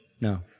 No